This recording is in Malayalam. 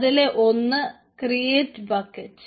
അതിലെ ഒന്ന് ക്രിയേറ്റ് ബക്കറ്റ്